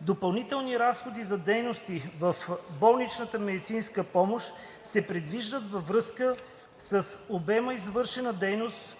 Допълнителни разходи за дейностите в болничната медицинска помощ се предвиждат във връзка с обема извършена дейност